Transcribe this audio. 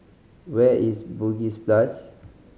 where is Bugis plus